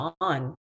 on